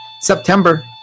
September